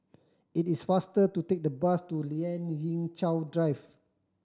it is faster to take the bus to Lien Ying Chow Drive